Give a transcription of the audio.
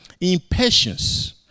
Impatience